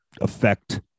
affect